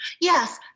yes